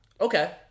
okay